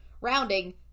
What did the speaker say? rounding